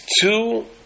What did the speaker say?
two